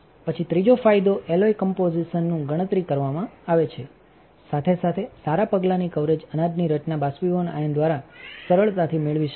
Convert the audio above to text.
પછી ત્રીજો ફાયદો એલોય કમ્પોઝિશનનું ગણતરી કરવામાં આવે છે સાથે સાથે સારા પગલાની કવરેજ અનાજની રચના બાષ્પીભવનઆયનદ્વારા સરળતાથી મેળવી શકાય છે